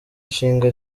nshinga